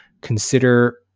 consider